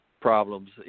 problems